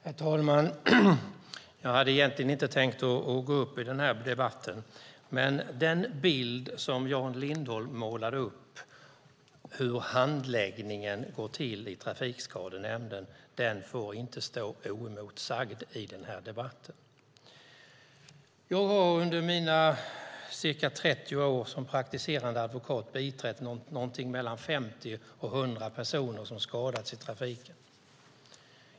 Herr talman! Jag hade inte tänkt gå upp i denna debatt, men den bild som Jan Lindholm målade upp av hur handläggningen går till i Trafikskadenämnden får inte stå oemotsagd. Jag har under mina ca 30 år som praktiserande advokat biträtt mellan 50 och 100 personer som skadats i trafiken.